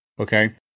okay